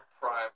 prime